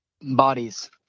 Bodies